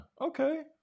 okay